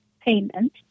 payment